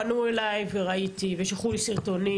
פנו אליי וראיתי ושלחו לי סרטונים